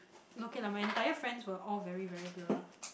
okay lah my entire friends were all very very blur